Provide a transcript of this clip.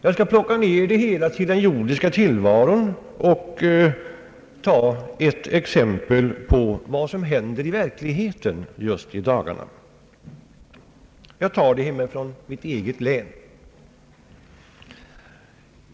Jag skall plocka ned det hela till den jordiska tillvaron och ge ett exempel som just i dagarna hänt i verkligheten. Exemplet hämtar jag från mitt eget län.